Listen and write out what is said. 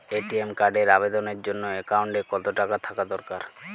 ATM কার্ডের আবেদনের জন্য অ্যাকাউন্টে কতো টাকা থাকা দরকার?